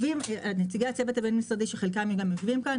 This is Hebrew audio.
נציגי הצוות הבין-משרדי שחלקם יושבים כאן,